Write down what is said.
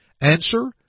Answer